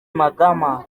magama